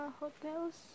hotels